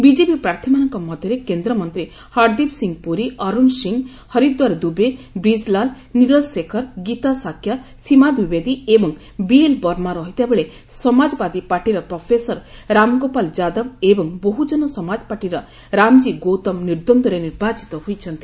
BJP ପ୍ରାର୍ଥୀମାନଙ୍କ ମଧ୍ୟରେ କେନ୍ଦ୍ରମନ୍ତ୍ରୀ ହର୍ଦୀପ୍ ସିଂହ ପୁରୀ ଅରୁଣ ସିଂହ ହରିଦ୍ୱାର ଦୁବେ ବ୍ରିକ୍ଲାଲ ନିରଜ ଶେଖର ଗୀତା ଶାକ୍ୟା ସୀମା ଦ୍ୱିବେଦୀ ଏବଂ ବିଏଲ୍ ବର୍ମା ରହିଥିବାବେଳେ ସମାଜବାଦୀ ପାର୍ଟିର ପ୍ରଫେସର ରାମଗୋପାଳ ଯାଦବ ଏବଂ ବହୁଜନ ସମାଜପାର୍ଟିର ରାମଜୀ ଗୌତମ୍ ନିଦ୍ୱର୍ଦ୍ଧରେ ନିର୍ବାଚିତ ହୋଇଛନ୍ତି